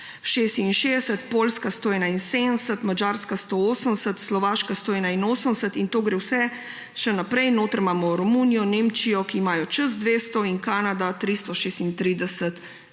166, Poljska 171, Madžarska 180, Slovaška 181. In to gre vse še naprej, notri imamo Romunijo, Nemčijo, ki imajo čez 200, in Kanada 336 dni